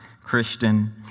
Christian